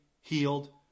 Healed